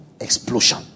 explosion